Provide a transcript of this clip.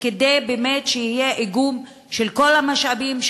כדי שבאמת יהיה איגום של כל המשאבים,